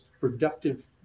productive